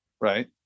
right